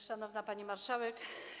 Szanowna Pani Marszałek!